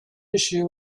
issue